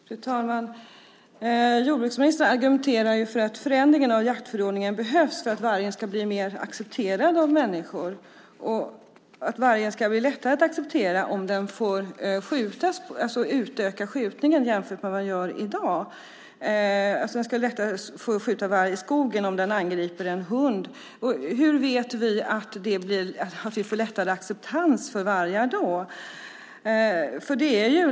Fru talman! Jordbruksministern argumenterar för att förändringen av jaktförordningen behövs för att vargen ska bli mer accepterad av människor. Han menar att vargen kommer att accepteras lättare om den får skjutas i en större omfattning än i dag. Det ska alltså bli lättare att skjuta en varg i skogen om den angriper en hund. Men hur vet vi att detta innebär en större acceptans för vargar?